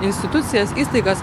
institucijas įstaigas